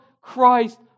Christ